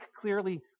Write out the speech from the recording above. clearly